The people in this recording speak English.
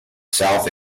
south